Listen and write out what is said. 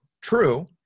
True